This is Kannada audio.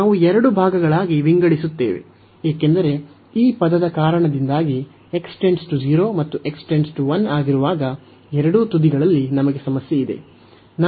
ನಾವು ಎರಡು ಭಾಗಗಳಾಗಿ ವಿಂಗಡಿಸುತ್ತೇವೆ ಏಕೆಂದರೆ ಈ ಪದದ ಕಾರಣದಿಂದಾಗಿ x → 0 ಮತ್ತು x → 1 ಆಗಿರುವಾಗ ಎರಡೂ ತುದಿಗಳಲ್ಲಿ ನಮಗೆ ಸಮಸ್ಯೆ ಇದೆ